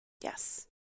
Yes